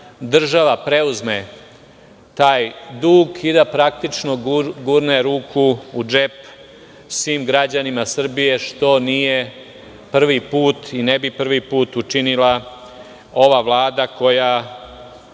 država preuzme taj dug i da praktično gurne ruku u džep svim građanima Srbije, što nije prvi put i ne bi prvi put učinila ova vlada koja